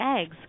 eggs